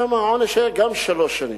גם שם העונש היה שלוש שנים.